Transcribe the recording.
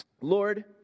Lord